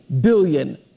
billion